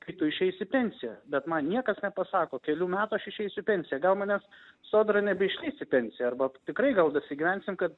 kai tu išeisi į pensiją bet man niekas nepasako kelių metų aš išeisiu į pensiją gal manęs sodra nebeišleis į pensiją arba tikrai gal dasigyvensim kad